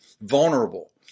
vulnerable